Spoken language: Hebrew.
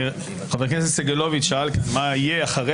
חבר הכנסת סגלוביץ' שאל מה יהיה אחרי